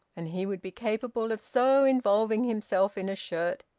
and he would be capable of so involving himself in a shirt,